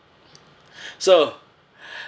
so